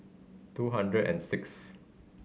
two hundred and sixth